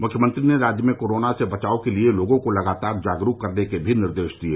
मुख्यमंत्री ने राज्य में कोरोना से बचाव के लिए लोगों को लगातार जागरूक करने के भी निर्देश दिये